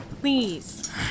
please